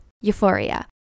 Euphoria